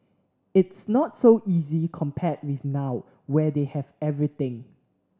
it's not so easy compared with now where they have everything